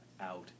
out